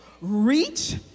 reach